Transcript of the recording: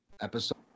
episode